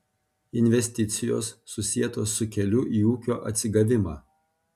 investicijos susietos su keliu į ūkio atsigavimą